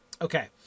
Okay